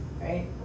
right